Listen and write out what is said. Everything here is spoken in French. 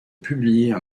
publier